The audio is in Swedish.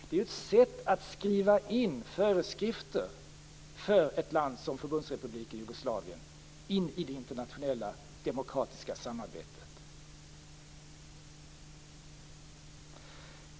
Det är ett sätt att skriva in föreskrifter för ett land som Förbundsrepubliken Jugoslavien i det internationella demokratiska samarbetet.